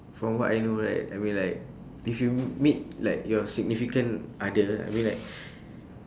from what I know right I mean like if you meet like your significant other I mean like